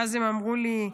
ואז הם אמרו לי: